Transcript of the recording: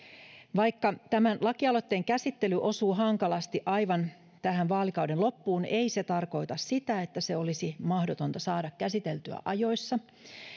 vaikka tämän lakialoitteen käsittely osuu hankalasti aivan tähän vaalikauden loppuun ei se tarkoita sitä että se olisi mahdotonta saada käsiteltyä ajoissa